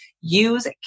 use